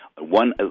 one